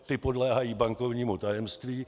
Ty podléhají bankovnímu tajemství.